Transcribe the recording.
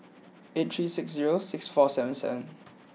eight three six zero six four seven seven